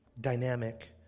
dynamic